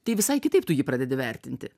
tai visai kitaip tu jį pradedi vertinti